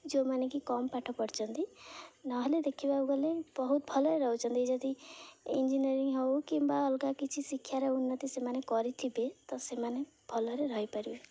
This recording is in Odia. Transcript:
ଯେଉଁମାନେକି କମ୍ ପାଠ ପଢ଼ିଛନ୍ତି ନହେଲେ ଦେଖିବାକୁ ଗଲେ ବହୁତ ଭଲରେ ରହୁଛନ୍ତି ଯଦି ଇଞ୍ଜିନିୟରିଂ ହେଉ କିମ୍ବା ଅଲଗା କିଛି ଶିକ୍ଷାର ଉନ୍ନତି ସେମାନେ କରିଥିବେ ତ ସେମାନେ ଭଲରେ ରହିପାରିବେ